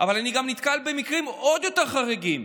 אבל אני נתקל במקרים עוד יותר חריגים,